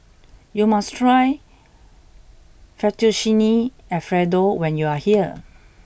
you must try Fettuccine Alfredo when you are here